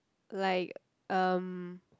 like um